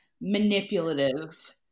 manipulative